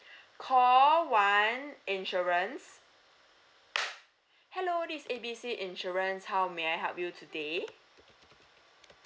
call one insurance hello this A B C insurance how may I help you today